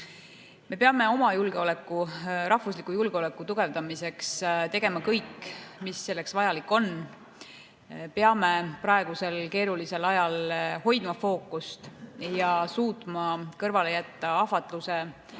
peame oma julgeoleku, rahvusliku julgeoleku tugevdamiseks tegema kõik, mis selleks vajalik on. Peame praegusel keerulisel ajal hoidma fookust ja suutma kõrvale jätta ahvatluse